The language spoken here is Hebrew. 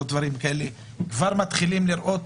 כבר מתחילים לראות